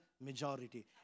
majority